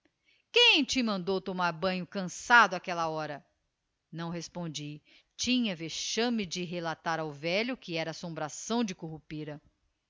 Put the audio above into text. te mandou tomar banho cançado áquella hora não respondi tive vexame de relatar ao velho que era assombração de currupira